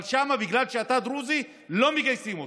אבל שם, בגלל שאתה דרוזי, לא מגייסים אותך.